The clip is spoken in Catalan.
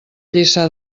lliçà